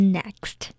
next